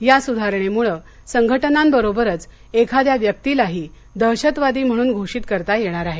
या सुधारणेमुळं संघटनांबरोबरच एखाद्या व्यक्तीलाही दहशतवादी म्हणून घोषित करता येणार आहे